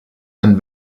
and